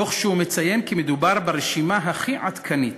וציין שמדובר ברשימה הכי עדכנית.